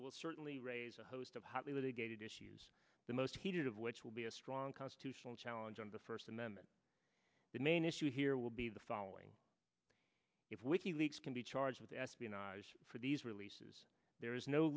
will certainly raise a host of hollywood a gated issues the most heated of which will be a strong constitutional challenge on the first amendment the main issue here will be the following if wiki leaks can be charged with espionage for these releases there is no